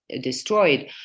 destroyed